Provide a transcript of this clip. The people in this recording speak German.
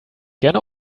gerne